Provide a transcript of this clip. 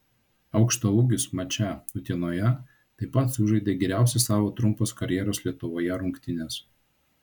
aukštaūgis mače utenoje taip pat sužaidė geriausias savo trumpos karjeros lietuvoje rungtynes